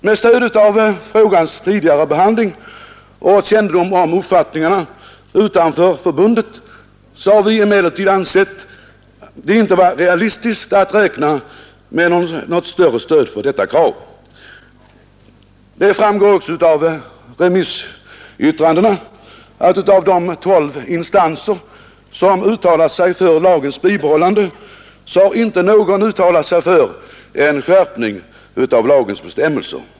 Med stöd av erfarenheterna från frågans tidigare behandling och kännedom om uppfattningarna utanför förbundet har vi emellertid inte ansett det vara realistiskt att räkna med något större stöd för detta krav. Det framgår också av remissyttrandena att av de tolv instanser som uttalat sig för lagens bibehållande har inte någon uttalat sig för en skärpning av lagens bestämmelser.